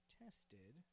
tested